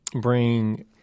bring